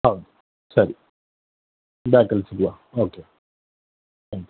ಹೌದು ಸರಿ ಬ್ಯಾಂಕಲ್ಲಿ ಸಿಗುವ ಓಕೆ